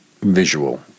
visual